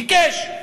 ביקש.